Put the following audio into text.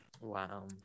Wow